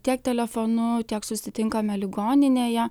tiek telefonu tiek susitinkame ligoninėje